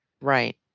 Right